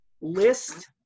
list